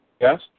Yes